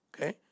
Okay